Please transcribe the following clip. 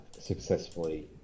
successfully